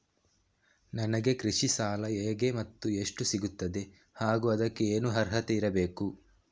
ನನಗೆ ಕೃಷಿ ಸಾಲ ಹೇಗೆ ಮತ್ತು ಎಷ್ಟು ಸಿಗುತ್ತದೆ ಹಾಗೂ ಅದಕ್ಕೆ ಏನು ಅರ್ಹತೆ ಇರಬೇಕು?